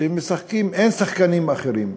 שהם משחקים אין שחקנים אחרים,